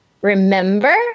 Remember